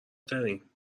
ترین